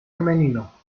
femenino